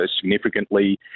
significantly